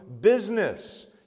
business